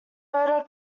mortar